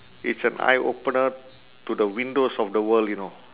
it's an eye opener to the windows of the world you know